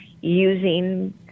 using